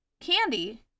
Candy